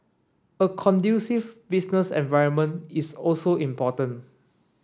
a conducive business environment is also important